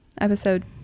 episode